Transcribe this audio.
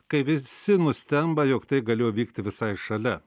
kai visi nustemba jog tai galėjo vykti visai šalia